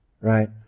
right